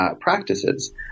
practices